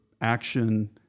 action